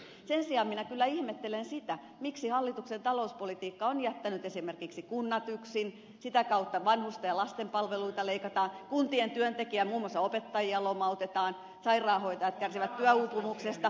sen sijaan minä kyllä ihmettelen sitä miksi hallituksen talouspolitiikka on jättänyt esimerkiksi kunnat yksin sitä kautta vanhusten ja lasten palveluita leikataan kuntien työntekijöitä muun muassa opettajia lomautetaan sairaanhoitajat kärsivät työuupumuksesta